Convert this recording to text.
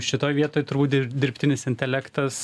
šitoj vietoj turbūt ir dirbtinis intelektas